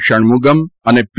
ષણમુગમ અને પી